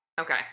Okay